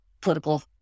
political